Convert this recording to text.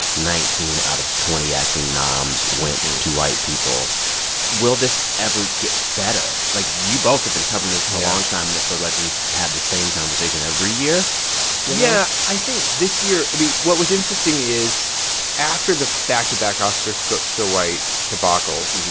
nineteen out of twenty acting noms went and to white people will this ever get better? like, you both have been covering this for a long time. and it feels like we've had the same conversation every year yeah, i think this year we what was interesting is after the back-to-back oscarssowhite so debacles,